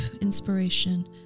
inspiration